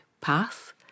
path